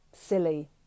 silly